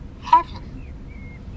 Heaven